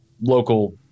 local